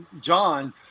john